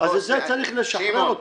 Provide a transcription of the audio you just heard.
אז מזה צריך לשחרר אותו.